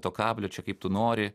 to kablio čia kaip tu nori